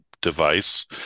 device